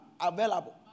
available